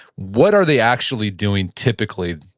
what are they actually doing typically,